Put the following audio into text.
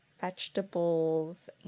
vegetables